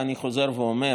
ואני חוזר ואומר: